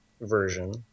version